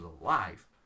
alive